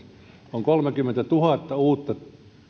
on kolmekymmentätuhatta uutta